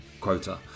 quota